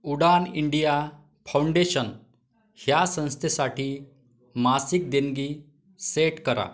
उडान India Foundation ह्या संस्थेसाठी मासिक देणगी सेट करा